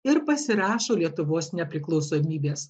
ir pasirašo lietuvos nepriklausomybės